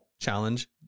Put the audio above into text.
challenge